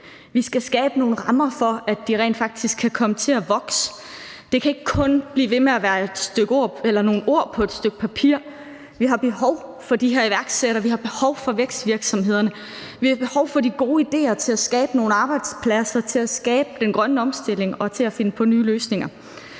Vi skal skabe nogle rammer for, at de rent faktisk kan komme til at vokse. Det kan ikke kun blive ved med at være et nogle ord på et stykke papir. Vi har behov for de her iværksættere. Vi har behov for vækstvirksomhederne. Vi har behov for de gode idéer til at skabe nogle arbejdspladser, til at skabe den grønne omstilling og til at finde på nye løsninger.